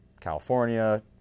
California